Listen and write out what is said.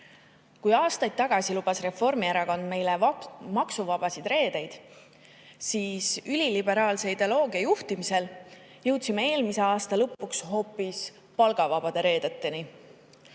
Kui aastaid tagasi lubas Reformierakond meile maksuvabasid reedeid, siis üliliberaalse ideoloogia juhtimisel jõudsime eelmise aasta lõpuks hoopis palgavabade reedeteni.